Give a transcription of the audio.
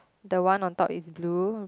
the one on top is blue